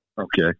Okay